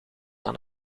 dan